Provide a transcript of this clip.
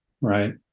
right